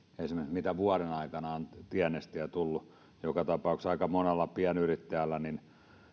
mitä vuoden aikana on tienestiä tullut joka tapauksessa aika monella pienyrittäjällä ne